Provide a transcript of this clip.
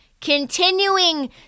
continuing